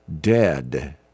dead